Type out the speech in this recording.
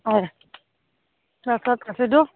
হয় তাৰ পিছত খাচীটো